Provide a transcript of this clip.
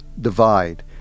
divide